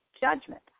judgment